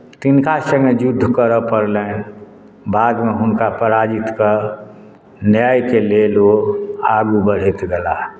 तिनका सङ्गे युद्ध करय पड़लनि बादमे हुनका पराजित कऽ न्यायके लेल ओ आगू बढ़ैत गेलाह